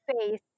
face